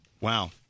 Wow